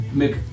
make